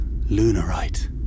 Lunarite